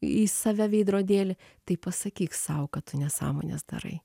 į save veidrodėlį tai pasakyk sau kad tu nesąmones darai